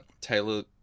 Taylor